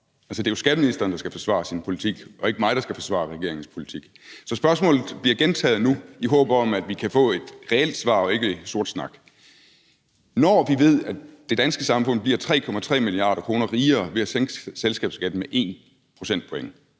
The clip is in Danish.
Det er jo skatteministeren, der skal forsvare sin politik, og ikke mig, der skal forsvare regeringens politik. Så spørgsmålet bliver gentaget nu, i håbet om at vi kan få et reelt svar og ikke sort snak: Når vi ved, at det danske samfund bliver 3,3 mia. kr. rigere ved at sænke selskabsskatten med 1 procentpoint,